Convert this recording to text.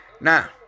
Now